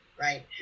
Right